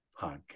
Podcast